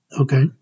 Okay